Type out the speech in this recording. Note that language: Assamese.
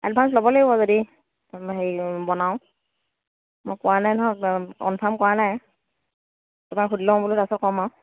এডভান্স ল'ব লাগিব যদি হেৰি বনাওঁ মই কোৱা নাই নহয় কনফাৰ্ম কৰা নাই তোমাক সুধি লওঁ বোলো তাৰ পিছত ক'ম আৰু